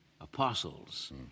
Apostles